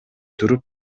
туруп